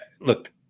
look